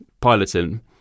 piloting